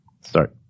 Start